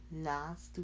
Last